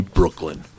Brooklyn